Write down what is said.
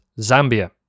zambia